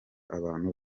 abantu